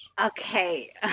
okay